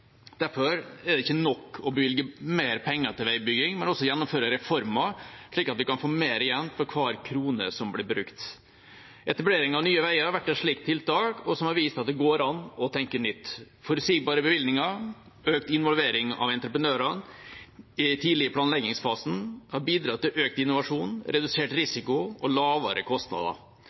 Derfor er det ikke nok å bevilge mer penger til veibygging, vi må også gjennomføre reformer slik at vi kan få mer igjen for hver krone som blir brukt. Etableringen av Nye Veier har vært et slikt tiltak, som har vist at det går an å tenke nytt. Forutsigbare bevilgninger og økt involvering av entreprenørene i den tidlige planleggingsfasen har bidratt til økt innovasjon, redusert risiko og lavere kostnader.